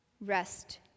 Rest